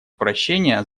прощения